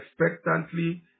expectantly